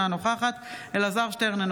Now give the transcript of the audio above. אינה נוכחת אלעזר שטרן,